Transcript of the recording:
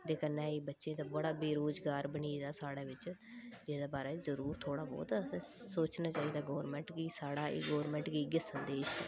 ते कन्नै एह् बच्चें दा बेरोज़गार बनी गेदा साढ़ै बिच्च एह्दे बारै च जरूर थोह्ड़ा बोह्त असें सोचना चाहिदा गोरमेंट गी साढ़ा ऐ गोरमेंट गी इ'यै संदेश ऐ